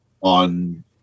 on